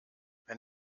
wenn